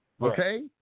Okay